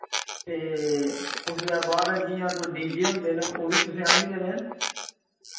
ए उसदे बाद जि'यां कोई डीजे होंदे न ओह् वी तुसैं आह्नी देने